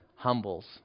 humbles